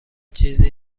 چیزی